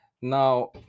Now